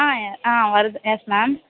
ஆ ஆ வருது yes ma'am